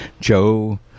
Joe